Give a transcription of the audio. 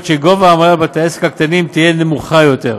שהעמלה לבתי העסק הקטנים תהיה נמוכה יותר.